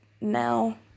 now